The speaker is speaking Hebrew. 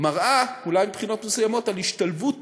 מראה אולי מבחינות מסוימות על השתלבות